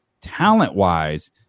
talent-wise